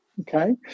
Okay